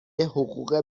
حقوق